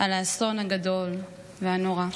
על האסון הגדול והנורא.